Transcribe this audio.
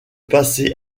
passer